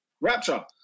rapture